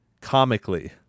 comically